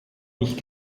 nicht